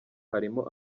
harimo